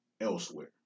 elsewhere